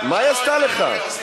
מה היא עשתה לך?